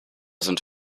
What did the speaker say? sind